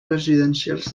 residencials